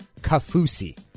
Kafusi